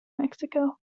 mexico